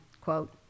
quote